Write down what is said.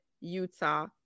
Utah